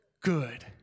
good